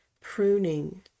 pruning